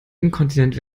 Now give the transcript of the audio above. inkontinent